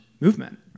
movement